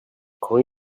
quand